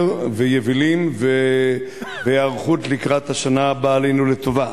ויבילים והיערכות לקראת השנה הבאה עלינו לטובה.